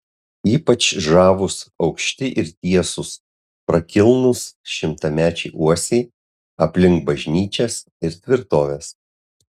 ypač žavūs aukšti ir tiesūs prakilnūs šimtamečiai uosiai aplink bažnyčias ir tvirtoves